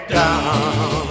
down